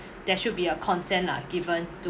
there should be a consent lah given to